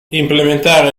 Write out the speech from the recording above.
implementare